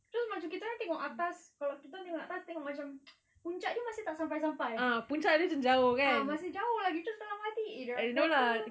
terus macam kita orang tengok atas kalau kita tengok atas tengok macam puncak dia masih tak sampai-sampai ah masih jauh lagi dalam hati ke